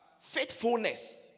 Faithfulness